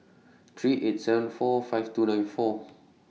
three eight seven four five two nine four